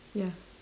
ya